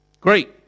great